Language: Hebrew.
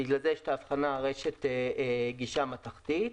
בגלל זה יש את ההבחנה "רשת גישה מתכתית".